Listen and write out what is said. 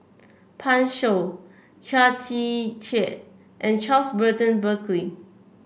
Pan Shou Chia Tee Chiak and Charles Burton Buckley